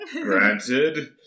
Granted